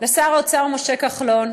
לשר האוצר משה כחלון,